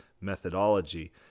methodology